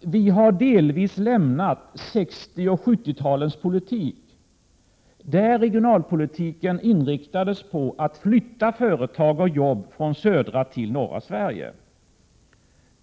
Vi har delvis lämnat 60 och 70-talens politik, där regionalpolitiken inriktades på att flytta företag och jobb från södra till norra Sverige.